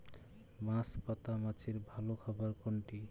বাঁশপাতা মাছের ভালো খাবার কোনটি?